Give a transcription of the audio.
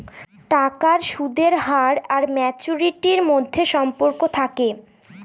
টাকার সুদের হার আর ম্যাচুরিটির মধ্যে সম্পর্ক থাকে